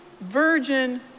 virgin